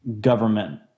government